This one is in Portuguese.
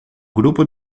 grupo